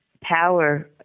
power